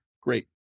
Great